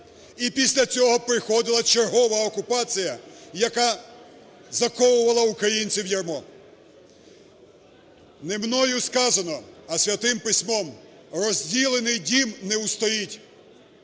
І після цього приходила чергова окупація, яка заковувала українців в ярмо. Не мною сказано, а святим письмом: розділений дім не устоїть.